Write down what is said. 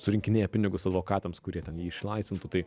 surinkinėja pinigus advokatams kurie ten jį išlaisvintų tai